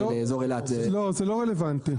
זה לא רלוונטי.